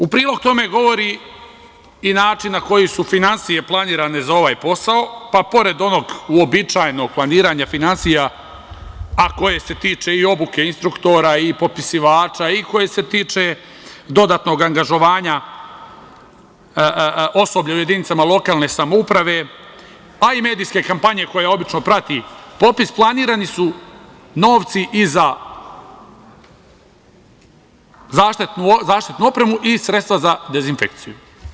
U prilog tome govori i način na koji su finansije planirane za ovaj posao, pa pored onog uobičajenog planiranja finansija, a koje se tiče i obuke instruktora i popisivača i koji se tiče dodatnog angažovanja osoblja u jedinicama lokalne samouprave, a i medijske kampanje koja obično prati popis, planirani su novci i za zaštitnu opremu i sredstva za dezinfekciju.